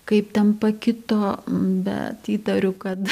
kaip ten pakito bet įtariu kad